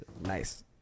Nice